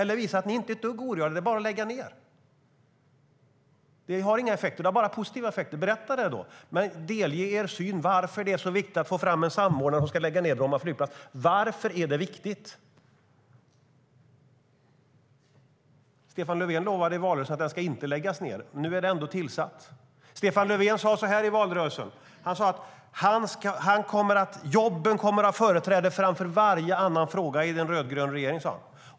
Eller visa att ni inte är ett dugg oroade och att det bara är att lägga ned flygplatsen. Det har inga negativa effekter utan bara positiva effekter. Berätta det då. Men delge er syn om varför det är så viktigt att få fram en samordnare som ska lägga ned Bromma flygplats. Varför är det viktigt? Stefan Löfven lovade i valrörelsen att Bromma flygplats inte ska läggas ned, men nu är en samordnare tillsatt. Stefan Löfven sa i valrörelsen att jobben kommer att ha företräde framför varje annan fråga i en rödgrön regering.